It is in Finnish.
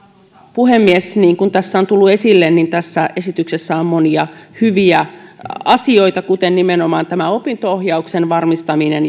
puhemies niin kuin tässä on tullut esille tässä esityksessä on monia hyviä asioita kuten nimenomaan tämä opinto ohjauksen varmistaminen